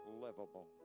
livable